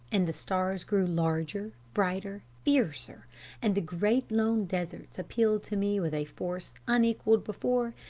and the stars grew larger, brighter, fiercer and the great lone deserts appealed to me with a force unequalled before,